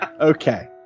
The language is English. okay